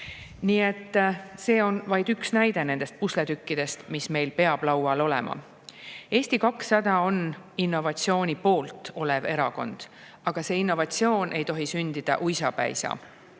kinni. See on vaid üks näide nendest pusletükkidest, mis meil peavad laual olema. Eesti 200 on innovatsiooni pooldav erakond, aga innovatsioon ei tohi sündida uisapäisa.